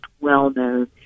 well-known